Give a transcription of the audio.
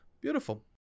Beautiful